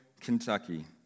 Kentucky